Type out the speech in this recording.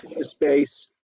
space